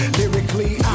lyrically